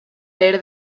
leer